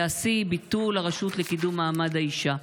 והשיא, ביטול הרשות לקידום מעמד האישה.